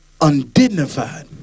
undignified